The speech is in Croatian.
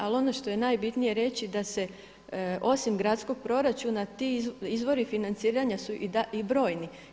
Ali ono što je najbitnije reći da se osim gradskog proračuna ti izvori financiranja su i brojni.